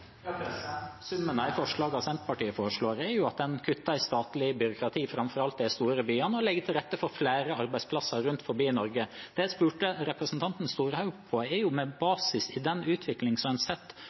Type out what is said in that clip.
Summen av de forslagene Senterpartiet foreslår, er at en kutter i statlig byråkrati, framfor alt i de store byene, og legger til rette for flere arbeidsplasser rundt i Norge. Det jeg spurte representanten